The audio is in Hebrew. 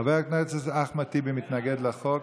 חבר הכנסת אחמד טיבי מתנגד לחוק.